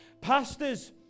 Pastors